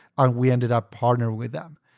and we ended up partnering with them.